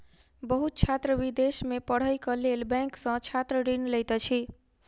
बहुत छात्र विदेश में पढ़ैक लेल बैंक सॅ छात्र ऋण लैत अछि